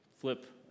Flip